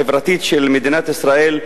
יעקב כץ יקבע מתי הוא רוצה תשובה.